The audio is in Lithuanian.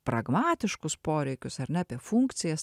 pragmatiškus poreikius ar ne apie funkcijas